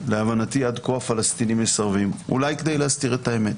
להבנתי עד כה הפלסטינים מסרבים אולי כדי להסתיר את האמת.